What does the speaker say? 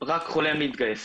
רק חולם להתגייס.